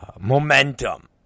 momentum